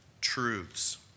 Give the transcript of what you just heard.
truths